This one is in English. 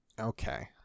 okay